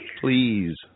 Please